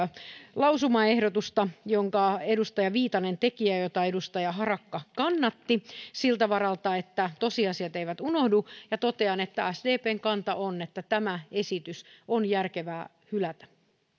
lausumaehdotusta jonka edustaja viitanen teki ja jota edustaja harakka kannatti siltä varalta että tosiasiat eivät unohdu ja totean että sdpn kanta on että tämä esitys on järkevää hylätä